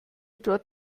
dort